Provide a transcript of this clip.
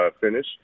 finish